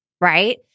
right